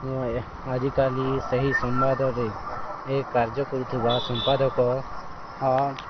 ଆଜିକାଲି ସେହି ସମ୍ବାଦରେ ଏ କାର୍ଯ୍ୟ କରୁଥିବା ସମ୍ପାଦକ